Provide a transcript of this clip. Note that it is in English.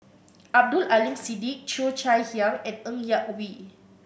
Abdul Aleem Siddique Cheo Chai Hiang and Ng Yak Whee